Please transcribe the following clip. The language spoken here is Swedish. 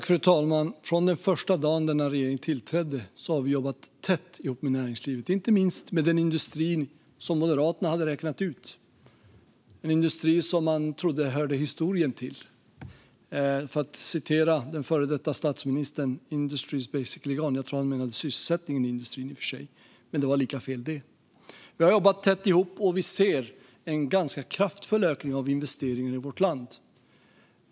Fru talman! Från den dag som denna regering tillträdde har vi jobbat tätt ihop med näringslivet, inte minst med den industri som Moderaterna hade räknat ut - en industri som man trodde hörde historien till. Den före detta statsministern sa: Industry is basically gone. Jag tror i och för sig att han menade sysselsättningen i industrin. Men det var lika fel. Vi har jobbat tätt ihop med industrin, och vi ser en ganska kraftfull ökning av investeringar i vårt land.